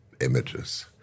images